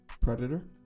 Predator